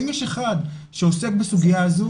האם יש אחד שעוסק בסוגיה הזו?